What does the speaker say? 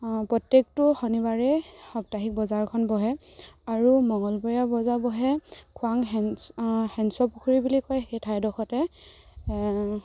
প্ৰত্যেকটো শনিবাৰে সপ্তাহিক বজাৰখন বহে আৰু মঙলবৰীয়া বজাৰ বহে খোৱাং শেন শেনচোৱা পুখুৰী বুলি কয় সেই ঠাইডোখৰতে